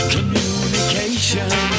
Communication